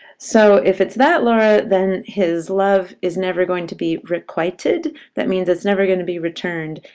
so if it's that laura, then his love is never going to be requited. that means it's never going to be returned,